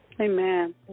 Amen